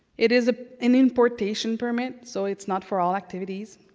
it is ah an importation permit, so it's not for all activities.